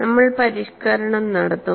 നമ്മൾ പരിഷ്ക്കരണം നടത്തും